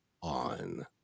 on